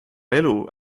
elu